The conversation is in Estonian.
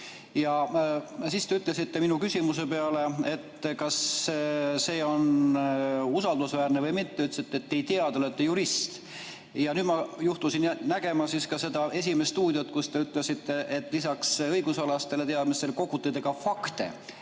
on praegu olemas. Minu küsimuse peale, kas see on usaldusväärne või mitte, ütlesite te, et ei tea, te olete jurist. Nüüd ma juhtusin nägema ka seda "Esimest stuudiot", kus te ütlesite, et lisaks õigusalastele teadmistele kogute te ka fakte.